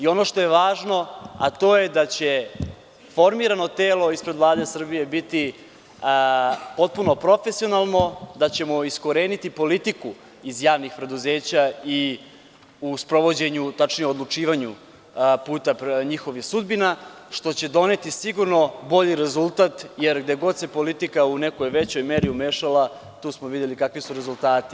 Ono što je važno, a to je da će formirano telo ispred Vlade Srbije biti potpuno profesionalno, da ćemo iskoreniti politiku iz javnih preduzeća i u sprovođenju tačnije odlučivanju puta njihovih sudbina, što će doneti sigurno bolji rezultat, jer gde god se politika u nekoj većoj meri umešala tu smo videli kakvi su rezultati.